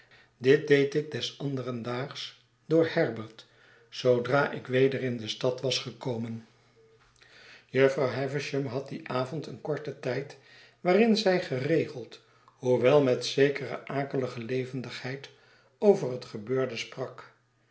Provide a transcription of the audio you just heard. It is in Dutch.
dit deed ik des anderen daags door herbert zoodra ik weder in de stad was gekomen jufvrouw havisham had dien avond eenkorten tijd waarin zij geregeld hoewel met zekere akelige levendigheid over het gebeurde sprak